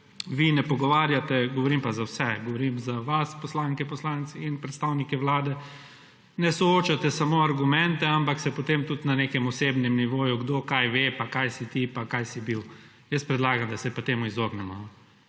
vi ne pogovarjate, govorim pa za vse, govorim za vas, poslanke, poslanci in predstavnike Vlade, ne soočate samo argumente, ampak se potem tudi na nekem osebnem nivoju kdo kaj ve pa kaj si ti pa kaj si bil. Jaz predlagam, da se temu izognemo,